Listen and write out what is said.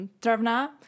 Travna